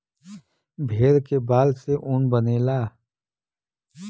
भेड़ के बाल से ऊन बनेला